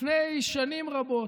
לפני שנים רבות,